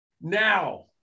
Now